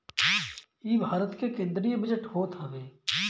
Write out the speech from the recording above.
इ भारत के केंद्रीय बजट होत हवे